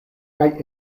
kaj